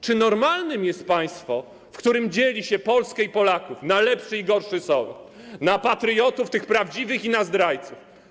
Czy normalne jest państwo, w którym dzieli się Polskę i Polaków na lepszy i gorszy sort, na patriotów tych prawdziwych i na zdrajców?